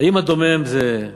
האם הדומם זה,